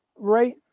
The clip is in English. right